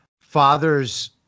father's